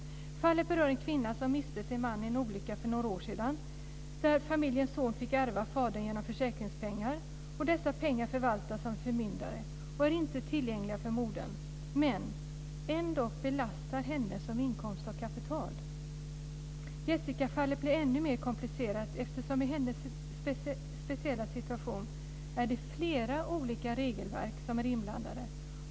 Fallet berör en kvinna som miste sin man i en olycka för några år sedan, där familjens son fick ärva fadern genom försäkringspengar och där dessa pengar förvaltas av en förmyndare och inte är tillgängliga för modern men ändock belastar henne som inkomst av kapital. I Jessicafallet blir det ännu mer komplicerat, eftersom det i hennes speciella situation är flera olika regelverk som är inblandade.